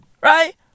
Right